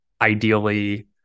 ideally